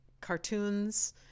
cartoons